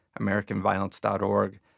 AmericanViolence.org